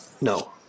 No